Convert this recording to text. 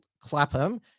Clapham